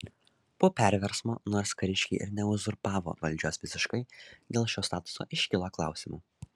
po perversmo nors kariškiai ir neuzurpavo valdžios visiškai dėl šio statuso iškilo klausimų